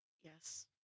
Yes